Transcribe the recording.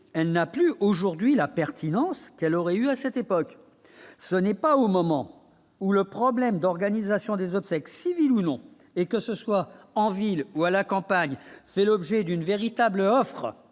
elle n'a plus aujourd'hui la pertinence qu'elle aurait eu à cette époque, ce n'est pas au moment où le problème d'organisation des obsèques civiles ou non et que ce soit en ville ou à la campagne, c'est l'objet d'une véritable offre